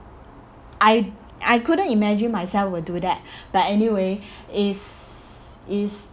I I couldn't imagine myself will do that but anyway it's it's